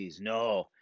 No